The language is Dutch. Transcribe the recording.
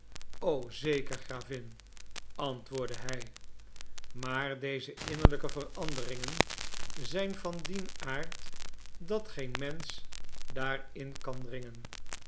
o zeker gravin antwoordde hij maar deze innerlijke veranderingen zijn van dien aard dat geen mensch daar in kan dringen